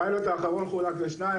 הפיילוט האחרון חולק לשניים,